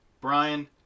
Brian